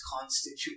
constitute